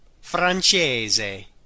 Francese